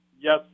Yes